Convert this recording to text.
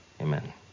Amen